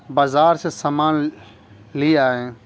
بازار سے سامان لے آئیں